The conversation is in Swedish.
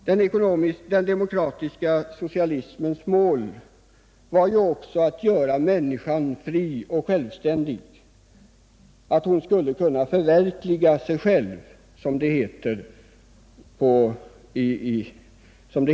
Den demokratiska socialismens mål var också att göra människan fri och självständig — hon skulle kunna förverkliga sig själv.